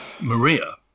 Maria